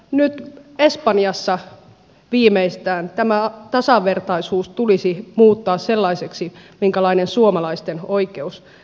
nyt espanjassa viimeistään tämä tasavertaisuus tulisi muuttaa sellaiseksi minkälainen suomalaisten oikeuskäsitys on